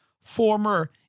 former